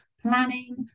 planning